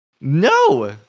No